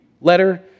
letter